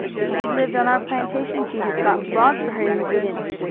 if she'd lived on our plantation she'd have got flogged for her impudence.